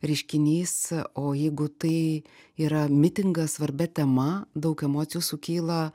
reiškinys o jeigu tai yra mitingas svarbia tema daug emocijų sukyla